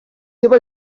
teva